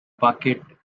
bucket